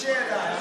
התש"ף 2020,